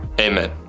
Amen